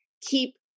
keep